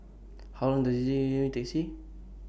How Long Does IT Taxi